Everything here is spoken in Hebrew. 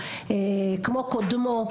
כמו קודמו,